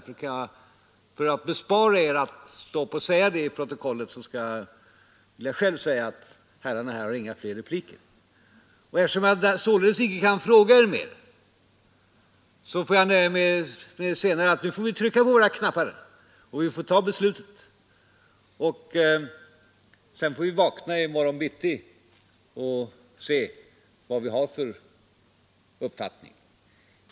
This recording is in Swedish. För att bespara er besväret att stå upp och säga det till protokollet skall jag själv säga det: Herrarna här har inga fler repliker. Eftersom jag således inte kan fråga er mer får vi nu trycka på våra knappar och fatta beslutet, och när vi vaknar i morgon bitti får vi se vad ni har för uppfattning.